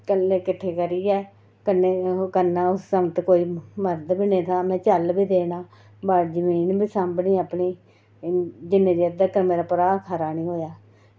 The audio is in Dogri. कल्लै किट्ठे करियै कन्नै ओह् करना सामंत कोई मडद बी निं था में झल्ल बी देना बाड़ी जमीन बी सांभनी अपनी जिन्ने तगर मेरा भ्राऽ खरा निं होएआ